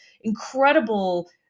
incredible